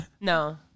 no